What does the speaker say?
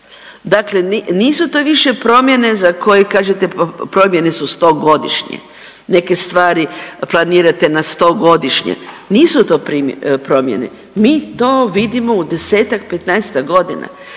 Dakle, nisu to više promjene za koje kažete promjene su stogodišnje, neke stvari planirate na stogodišnje, nisu to promjene. Mi to vidimo u 10-15 godina.